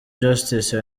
justice